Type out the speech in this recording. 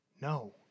no